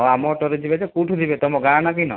ହଁ ଆମ ଅଟୋରେ ଯିବେ ଯେ କେଉଁଠୁ ଯିବେ ତମ ଗାଁ ନାଁ କି ନାଁ